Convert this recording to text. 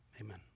Amen